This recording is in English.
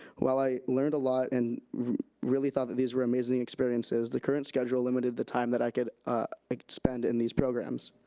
while i learned a lot and really thought that these were amazing experiences, the current schedule limited the time that i could ah spend in these programs.